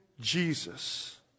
Jesus